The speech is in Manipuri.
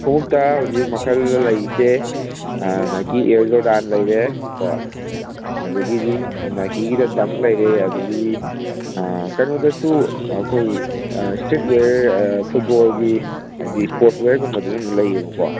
ꯈꯣꯡꯉꯨꯞꯇ ꯍꯥꯏꯔ ꯍꯧꯖꯤꯛ ꯃꯈꯜꯗ ꯂꯩꯔꯤꯁꯦ ꯅꯥꯏꯀꯤ ꯏꯌꯔ ꯖꯣꯔꯗꯥꯟ ꯂꯩꯔꯦꯀꯣ ꯑꯗꯒꯤꯗꯤ ꯅꯥꯏꯀꯤꯒꯤꯗ ꯗꯪ ꯂꯩꯔꯦ ꯑꯗꯒꯤꯗꯤ ꯀꯩꯅꯣꯗꯁꯨ ꯑꯩꯈꯣꯏ ꯏꯁꯇ꯭ꯔꯤꯠ ꯋꯦꯌꯔ ꯐꯨꯠꯕꯣꯜꯒꯤ ꯍꯥꯏꯗꯤ ꯏꯁꯄꯣꯔꯠꯁ ꯋꯦꯌꯔꯒꯨꯝꯕꯗꯁꯨ ꯑꯗꯨꯝ ꯂꯩꯌꯦꯕꯀꯣ